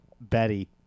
Betty